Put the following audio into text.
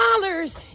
dollars